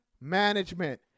management